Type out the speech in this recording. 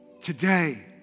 today